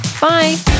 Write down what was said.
Bye